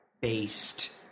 based